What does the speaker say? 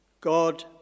God